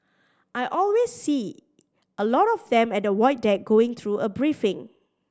I always see a lot of them at the Void Deck going through a briefing